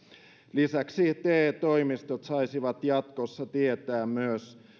lisäksi te toimistot saisivat jatkossa tietää myös